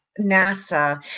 NASA